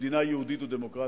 כמדינה יהודית ודמוקרטית,